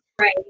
Right